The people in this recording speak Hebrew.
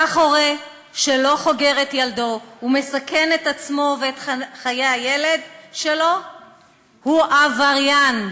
כך הורה שלא חוגר את ילדו ומסכן את עצמו ואת חיי הילד שלו הוא עבריין.